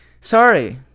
sorry